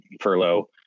furlough